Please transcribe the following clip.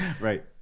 Right